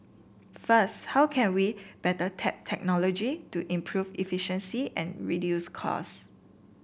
first how can we better tap technology to improve efficiency and reduce cost